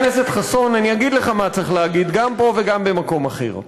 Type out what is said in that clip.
את הנאום הזה צריך לנאום במקום אחר.